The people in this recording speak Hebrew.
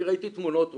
אני ראיתי תמונות.